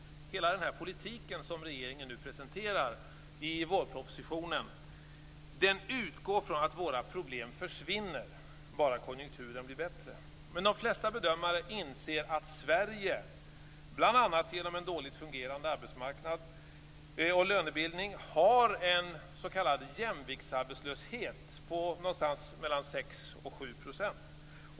Hela den politik som regeringen nu presenterar i vårpropositionen utgår från att våra problem försvinner om bara konjunkturen blir bättre. Men de flesta bedömare inser att Sverige, bl.a. genom en dåligt fungerande arbetsmarknad och lönebildning, har en s.k. jämviktsarbetslöshet på 6-7 %.